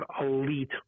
elite